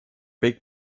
big